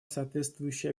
соответствующие